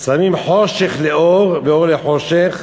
שמים חושך לאור ואור לחושך,